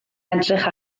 edrych